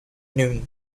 noon